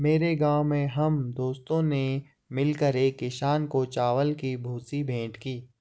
मेरे गांव में हम दोस्तों ने मिलकर एक किसान को चावल की भूसी भेंट की